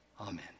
Amen